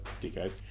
decade